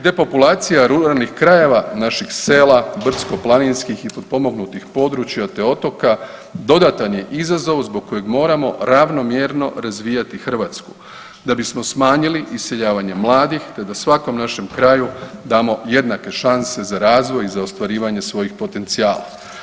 Depopulacija ruralnih krajeva naših sela, brdsko- planinskih i potpomognutih područja, te otoka dodatan je izazov zbog kojeg moramo ravnomjerno razvijati Hrvatsku da bismo smanjili iseljavanje mladih, te da svakom našem kraju damo jednake šanse za razvoj i za ostvarivanje svojih potencijala.